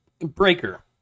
Breaker